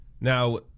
Now